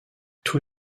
tous